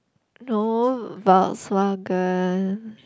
no Volkswagen